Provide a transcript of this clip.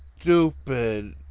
Stupid